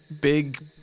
Big